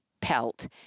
pelt